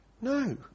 No